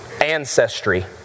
ancestry